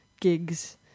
gigs